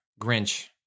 Grinch